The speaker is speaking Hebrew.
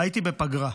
הייתי בפגרה.